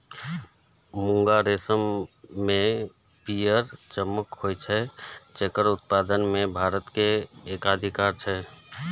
मूंगा रेशम मे पीयर चमक होइ छै, जेकर उत्पादन मे भारत के एकाधिकार छै